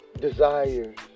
desires